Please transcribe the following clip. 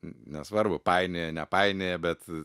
nesvarbu painioja nepainioja bet